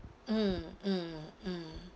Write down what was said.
mm mm mm